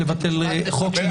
לבטל חוק שנוגד את החוקה.